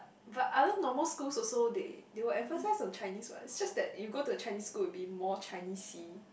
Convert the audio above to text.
but other normal schools also they they will emphasise on Chinese [what] it's just that you go to a Chinese school it will be more Chinese-y